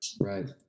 Right